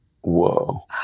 Whoa